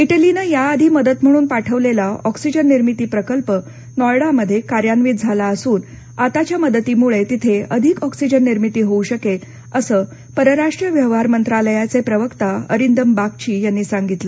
इटलीनं या आधी मदत म्हणून पाठवलेला ऑक्सिजन निर्मिती प्रकल्प नॉयडा मध्ये कार्यान्वित असून आताच्या मदतीमुळे तिथे अधिक ऑक्सिजन निर्मिती होऊ शकेल असं परराष्ट्र व्यवहार मंत्रालयाचे प्रवक्ता अरिंदम बागची यांनी सांगितलं